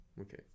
Okay